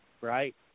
right